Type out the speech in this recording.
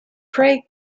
pray